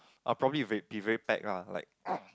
I'll probably be very packed lah like